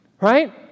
right